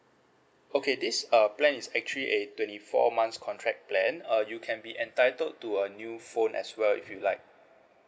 okay this uh plan is actually a twenty four months contract plan uh you can be entitled to a new phone as well if you like